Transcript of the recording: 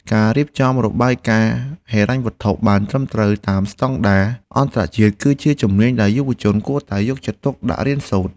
ការរៀបចំរបាយការណ៍ហិរញ្ញវត្ថុឱ្យបានត្រឹមត្រូវតាមស្តង់ដារអន្តរជាតិ គឺជាជំនាញដែលយុវជនគួរតែយកចិត្តទុកដាក់រៀនសូត្រ។